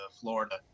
Florida